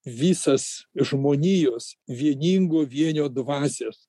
visas žmonijos vieningu vienio dvasios